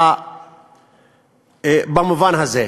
במובן הזה,